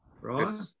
Right